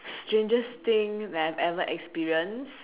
strangest thing that I've ever experienced